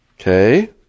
Okay